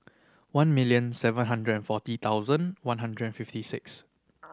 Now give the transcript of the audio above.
one million seven hundred and forty thousand one hundred fifty six